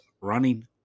running